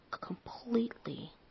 completely